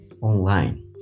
online